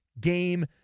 Game